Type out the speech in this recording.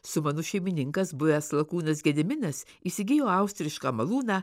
sumanus šeimininkas buvęs lakūnas gediminas įsigijo austrišką malūną